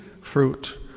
fruit